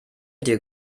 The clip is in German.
dir